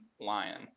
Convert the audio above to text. lion